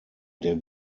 der